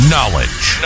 Knowledge